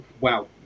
wow